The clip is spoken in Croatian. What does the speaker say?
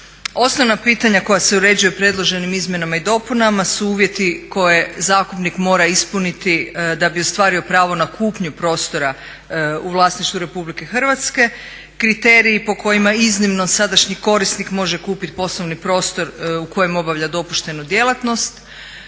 Osnovna pitanja koja se uređuju predloženim izmjenama i dopunama su uvjeti koje zakupnik mora ispuniti da bi ostvario pravo na kupnju prostora u vlasništvu RH. Kriteriji po kojima iznimno sadašnji korisnik može kupiti poslovni prostor u kojem obavlja dopuštenu djelatnost,